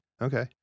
okay